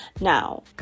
Now